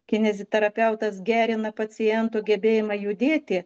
kineziterapeutas gerina paciento gebėjimą judėti